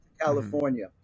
California